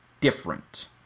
different